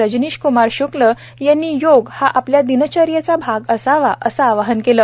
रजनीश कुमार शुक्ल यांनी योग हा आपल्या दिनचर्येचा भाग असावा असे आवाहन केले